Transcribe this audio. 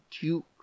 duke